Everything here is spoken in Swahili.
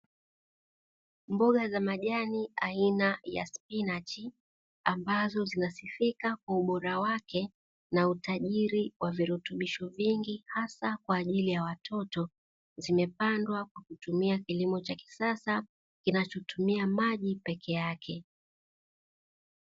Mboga za majani aina ya spinachi ambazo zinasifika kwa ubora wake na utajiri wa virutubisho vingi hasa kwa ajili ya watoto, zimepandwa kwa kilimo cha kisasa kinachotumia maji pekee yake.